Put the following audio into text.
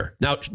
Now